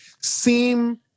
seem